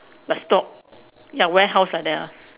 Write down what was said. bus stop ya warehouse like that ah